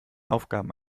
aufgaben